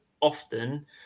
often